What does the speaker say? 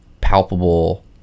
palpable